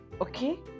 okay